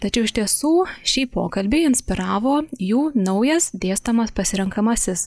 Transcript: tačiau iš tiesų šį pokalbį inspiravo jų naujas dėstomas pasirenkamasis